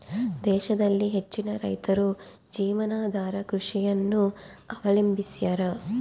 ದೇಶದಲ್ಲಿ ಹೆಚ್ಚಿನ ರೈತರು ಜೀವನಾಧಾರ ಕೃಷಿಯನ್ನು ಅವಲಂಬಿಸ್ಯಾರ